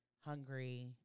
hungry